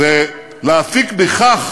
ולהפיק בכך